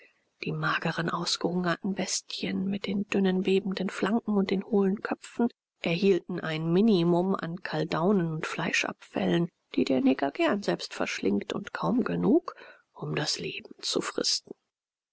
die mageren ausgehungerten bestien mit den dünnen bebenden flanken und den hohlen köpfen erhielten ein minimum an kaldaunen und fleischabfällen die der neger gern selbst verschlingt und kaum genug um das leben zu fristen